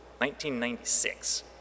1996